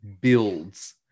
builds